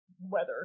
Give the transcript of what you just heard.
weather